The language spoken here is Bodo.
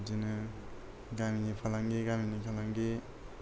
बिदिनो गामिनि फालांगि गामिनि फालांगि